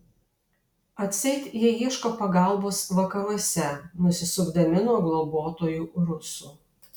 atseit jie ieško pagalbos vakaruose nusisukdami nuo globotojų rusų